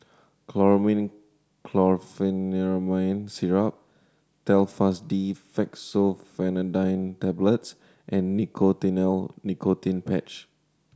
Chlormine Chlorpheniramine Syrup Telfast D Fexofenadine Tablets and Nicotinell Nicotine Patch